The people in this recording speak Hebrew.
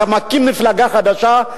אתה מקים מפלגה חדשה,